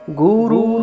guru